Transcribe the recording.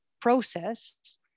process